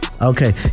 Okay